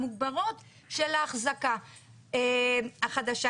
המוגברות של האחזקה החדשה?